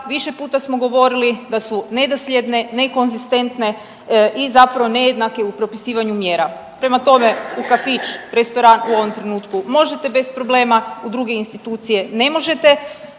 više puta smo govorili da su nedosljedne, nekonzistentne i zapravo nejednake u propisivanju mjera, prema tome u kafić, restoran u ovom trenutku možete bez problema u druge institucije ne možete.